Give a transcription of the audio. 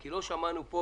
כי לא שמענו פה